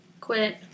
Quit